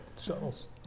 shuttles